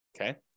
Okay